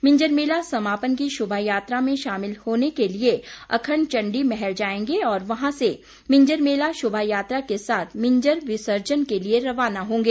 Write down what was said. मिंजर मेला समापन की शोभायात्रा में शामिल होने के लिए अखंड चंडी महल जायेंगे और वहां से मिजंर मेला शोभायात्रा के साथ मिजंर विसर्जन के लिए रवाना होंगे